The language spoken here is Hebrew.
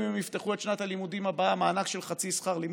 אם יפתחו את שנת הלימודים הבאה מענק של חצי שכר לימוד,